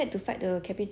I also